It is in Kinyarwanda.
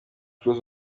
kroos